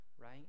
right